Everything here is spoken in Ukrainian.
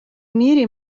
мірі